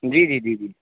جی جی جی جی